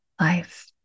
life